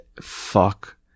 fuck